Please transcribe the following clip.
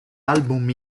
album